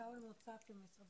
שאול ממשרד